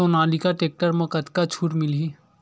Sonalika tractor म कतका छूट मिलही?